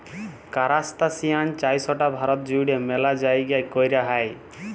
কারাস্তাসিয়ান চাইশটা ভারতে জুইড়ে ম্যালা জাইগাই কৈরা হই